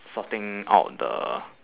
sorting out the